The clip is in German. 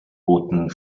boten